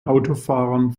autofahrern